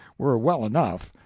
were well enough,